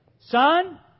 son